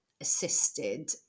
assisted